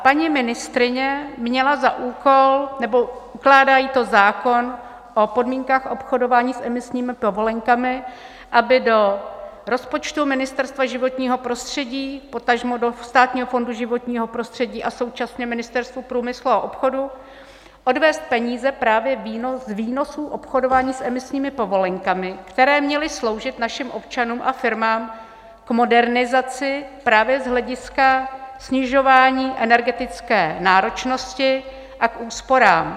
Paní ministryně měla za úkol, nebo ukládá jí to zákon o podmínkách obchodování s emisními povolenkami, aby do rozpočtu Ministerstva životního prostředí, potažmo do Státního fondu životního prostředí a současně Ministerstvu průmyslu a obchodu, odvést peníze právě z výnosů obchodování s emisními povolenkami, které měly sloužit našim občanům a firmám k modernizaci právě z hlediska snižování energetické náročnosti a k úsporám.